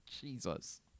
Jesus